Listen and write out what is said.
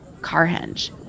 Carhenge